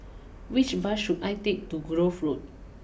which bus should I take to Grove Road